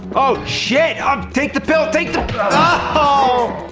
oh shit! ah, um take the pill, take the oh